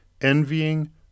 envying